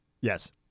Yes